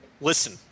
Listen